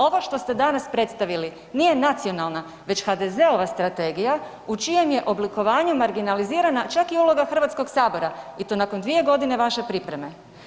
Ovo što ste danas predstavili, nije nacionalna već HDZ-ova strategija u čijem je oblikovanju marginalizirana čak i uloga Hrvatskog sabora i to nakon 2 g. vaše pripreme.